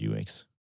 UX